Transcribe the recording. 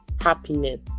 happiness